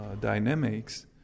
dynamics